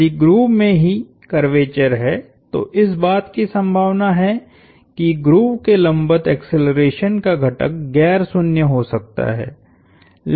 यदि ग्रूव में ही कर्वेचर है तो इस बात की संभावना है कि ग्रूव के लंबवत एक्सेलरेशन का घटक गैर शून्य हो सकता है